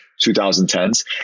2010s